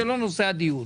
זה לא נושא הדיון.